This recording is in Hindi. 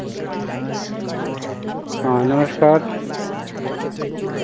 हाँ नमस्कार